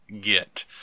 get